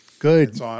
Good